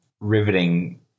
riveting